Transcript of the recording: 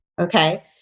Okay